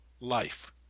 life